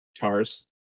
TARS